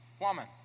woman